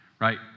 Right